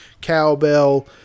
cowbell